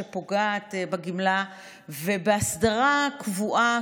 שפוגעת בגמלה ובהסדרה קבועה,